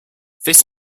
this